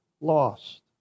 lost